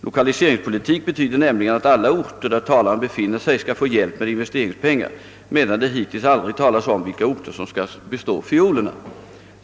Lokaliseringspolitik betyder nämligen att alla orter, där talaren befinner sig, skall få hjälp med investeringspengar, medan det hittills aldrig talats om vilka orter som skall bestå fiolerna.